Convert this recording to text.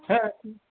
হ্যাঁ